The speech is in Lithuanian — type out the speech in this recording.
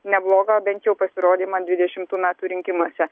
neblogą bent jau pasirodymą dvidešimtų metų rinkimuose